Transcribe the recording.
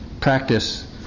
practice